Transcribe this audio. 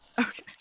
Okay